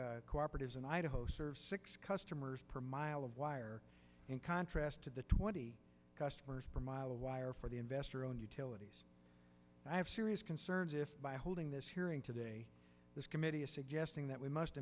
cooperatives in idaho serve six customers per mile of wire in contrast to the twenty customers per mile of wire for the investor owned utilities i have serious concerns if by holding this hearing today this committee is suggesting that we must